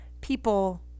people